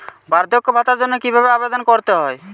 বার্ধক্য ভাতার জন্য কিভাবে আবেদন করতে হয়?